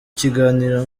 kiganiro